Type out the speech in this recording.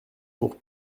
pour